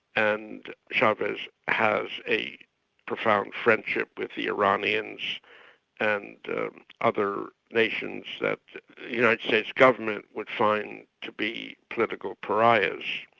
and chavez has a profound friendship with the iranians and other nations that the united states government would find to be political pariahs.